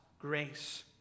grace